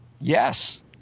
Yes